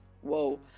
Whoa